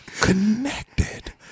connected